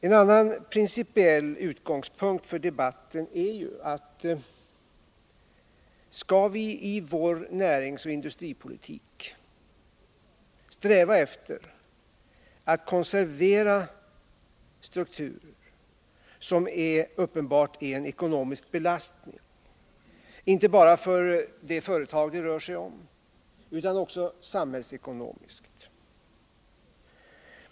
En annan principiell utgångspunkt för debatten är ju om vi i vår näringsoch industripolitik skall sträva efter att konservera strukturer som uppenbart är en ekonomisk belastning, inte bara för det företag det rör sig om utan också samhällsekonomiskt.